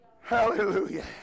Hallelujah